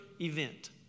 event